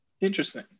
Interesting